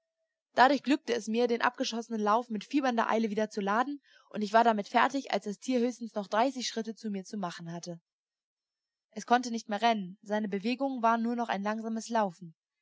dadurch glückte es mir den abgeschossenen lauf mit fiebernder eile wieder zu laden und ich war damit fertig als das tier höchstens noch dreißig schritte zu mir zu machen hatte es konnte nicht mehr rennen seine bewegungen waren nur noch ein langsames laufen